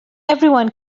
everyone